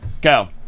Go